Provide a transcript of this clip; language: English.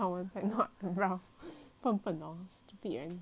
笨笨 hor stupid leh